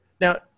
now